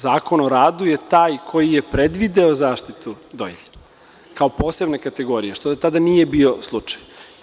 Zakon o radu je taj koji je predvideo zaštitu dojilja, kao posebne kategorije, što do tada nije bio slučaj.